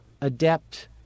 adept